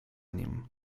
nim